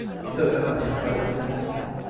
he's still got plenty of fight, too. that's the thing.